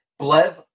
Blev